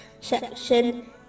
section